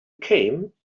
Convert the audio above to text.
came